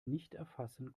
nichterfassen